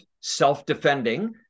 self-defending